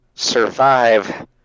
survive